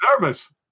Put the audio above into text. nervous